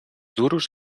duros